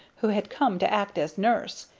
who had come to act as nurse,